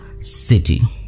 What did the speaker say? City